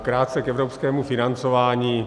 Krátce k evropskému financování.